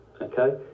Okay